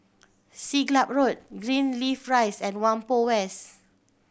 Siglap Road Greenleaf Rise and Whampoa West